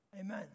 Amen